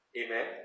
Amen